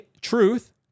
truth